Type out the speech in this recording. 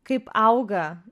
kaip auga